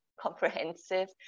comprehensive